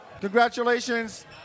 Congratulations